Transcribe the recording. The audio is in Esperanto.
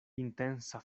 intensa